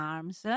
Arms